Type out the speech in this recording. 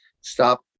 stop